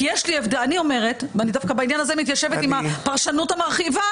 אני דווקא בעניין הזה מתיישבת עם הפרשנות המרחיבה